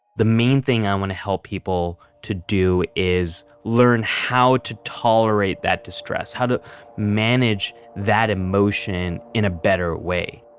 the main thing i want to help people to do is learn how to tolerate that distress. how to manage that emotion in a better way